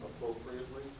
appropriately